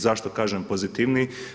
Zašto kažem pozitivniji?